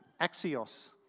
axios